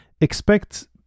expect